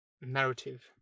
Narrative